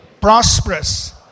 prosperous